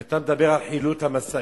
כשאתה מדבר על חילוט המשאית?